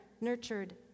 nurtured